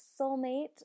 soulmate